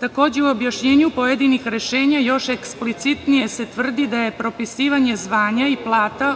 Takođe, u objašnjenju pojedinih rešenja još eksplicitnije se tvrdi da je propisivanje zvanja i plata